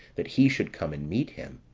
that he should come and meet him.